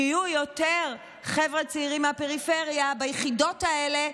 שיהיו יותר חבר'ה צעירים מהפריפריה ביחידות האלה,